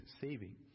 saving